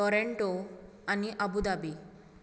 Toronto आनी Abu दाबी